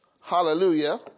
hallelujah